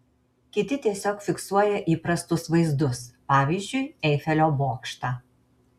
kiti tiesiog fiksuoja įprastus vaizdus pavyzdžiui eifelio bokštą